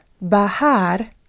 Bahar